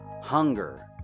hunger